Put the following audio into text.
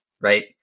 right